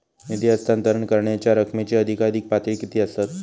निधी हस्तांतरण करण्यांच्या रकमेची अधिकाधिक पातळी किती असात?